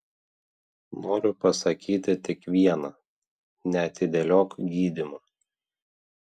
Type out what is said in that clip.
noriu pasakyti tik viena neatidėliok gydymo